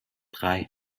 drei